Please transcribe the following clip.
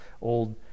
old